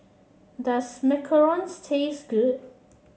does Macarons taste good